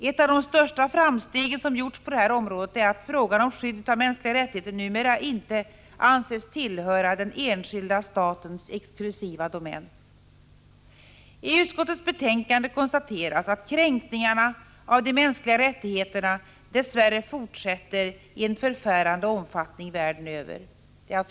Ett av de största framsteg som gjorts på det här området är att frågan om skyddet av mänskliga rättigheter numera inte anses tillhöra den enskilda statens exklusiva domän. I utskottets betänkande konstateras att ”kränkningarna av de mänskliga rättigheterna dess värre fortsätter i en förfärande omfattning världen över”.